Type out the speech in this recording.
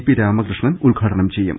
P Ramakrishnan ഉദ്ഘാടനം ചെയ്യും